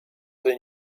than